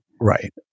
Right